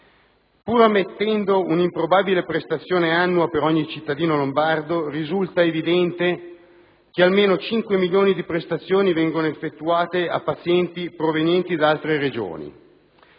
Pur ammettendo un'improbabile prestazione annua per ogni cittadino lombardo, risulta evidente che almeno 5 milioni di prestazioni vengono erogate a beneficio di pazienti provenienti da altre Regioni,